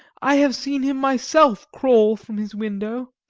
i have seen him myself crawl from his window.